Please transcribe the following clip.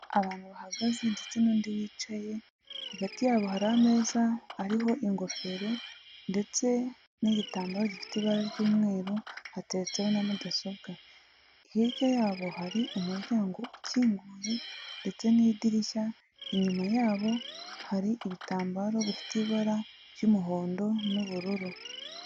Abantu bahagaze ndetse n'undi wicaye hagati yabo hari ameza hariho ingofero ndetse n'igitambaro gifite ibara ry'umweru hatetseho na mudasobwa hirya yabo hari umuryango ukinguye ndetse n'idirishya inyuma yabo hari ibitambaro bifite ibara ry'umuhondo n'ubururu.